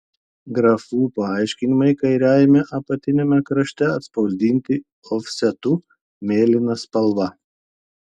grafų paaiškinimai kairiajame apatiniame krašte atspausdinti ofsetu mėlyna spalva